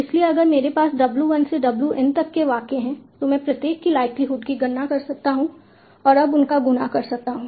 इसलिए अगर मेरे पास W 1 से W N तक के वाक्य हैं तो मैं प्रत्येक की लाइक्लीहुड की गणना करता हूं और अब उनका गुणा करता रहता हूं